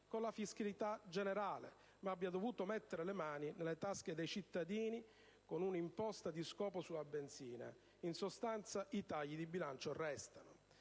con la fiscalità generale, ma abbia dovuto mettere le mani nelle tasche dei cittadini con un'imposta di scopo sulla benzina per cui, in sostanza, i tagli di bilancio restano.